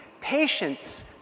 patience